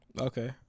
Okay